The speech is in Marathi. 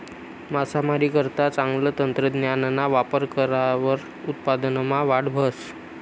मासामारीकरता चांगलं तंत्रज्ञानना वापर करावर उत्पादनमा वाढ व्हस